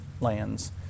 lands